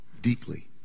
Deeply